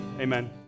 Amen